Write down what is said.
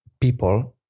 people